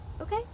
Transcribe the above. Okay